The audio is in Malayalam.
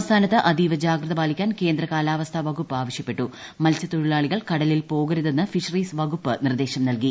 സംസ്ഥാനത്ത് അതീവ ജാഗ്രത പാലിക്കാൻ കേന്ദ്ര കാലാവസ്ഥാ മത്സ്യത്തൊഴിലാളികൾ കടലിൽ പോകരുതെന്ന് ഫിഷറീസ് വകുപ്പ് നിർദ്ദേശം നൽകി